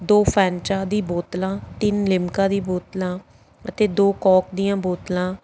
ਦੋ ਫੈਂਟਾਂ ਦੀ ਬੋਤਲਾਂ ਤਿੰਨ ਲਿਮਕਾ ਦੀ ਬੋਤਲਾਂ ਅਤੇ ਦੋ ਕੌਕ ਦੀਆਂ ਬੋਤਲਾਂ